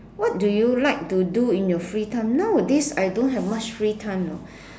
what do you like to do in your free time nowadays I don't have much free time know